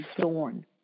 Thorn